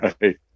right